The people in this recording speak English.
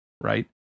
right